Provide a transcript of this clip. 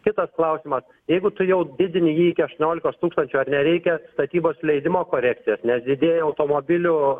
kitas klausimas jeigu tu jau didini jį iki aštuoniolikos tūkstančių ar nereikia statybos leidimo korekcijos nes didėja automobilių